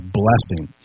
blessing